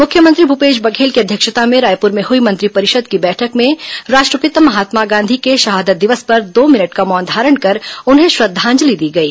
मुख्यमंत्री भूपेश बधेल की अध्यक्षता में रायपुर में हुई मंत्रिपरिषद की बैठक में राष्ट्रपिता महात्मा गांधी के शहादत दिवस पर दो मिनट का मौन धारण कर उन्हें श्रंद्वाजलि दी गई